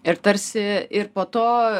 ir tarsi ir po to